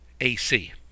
AC